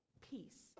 peace